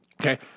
Okay